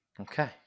Okay